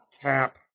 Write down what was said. Cap